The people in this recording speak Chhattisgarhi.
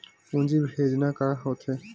पूंजी भेजना का होथे?